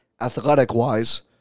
athletic-wise